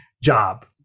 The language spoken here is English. job